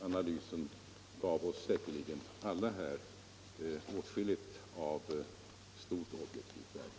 Analysen gav oss alla åtskilligt av stort objektivt värde.